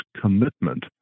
commitment